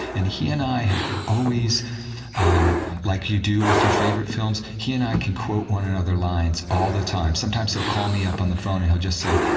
and he and i have always always um like you do with your favorite films, he and i can quote one another lines all the time. sometimes, he'll call me up on the phone, and he'll just say,